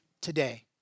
today